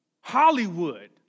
Hollywood